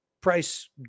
Price